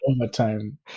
overtime